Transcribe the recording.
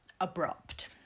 abrupt